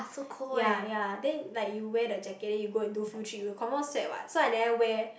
ya ya then like you wear the jacket you go and do field trip you confirm sweat what so I never wear